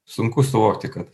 sunku suvokti kad